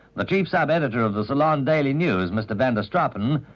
the chief sub-editor of the ceylon daily news, mr vandastrappan,